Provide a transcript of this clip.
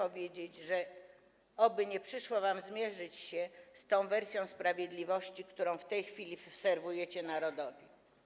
Oby nie przyszło wam zmierzyć się z tą wersją sprawiedliwości, którą w tej chwili serwujecie narodowi.